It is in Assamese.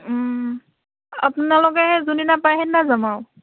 আপোনালোকে যোনদিনা পাৰে সেইদিনা যাম আৰু